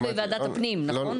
זה נידון בוועדת הפנים, נכון?